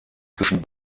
zwischen